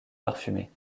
parfumées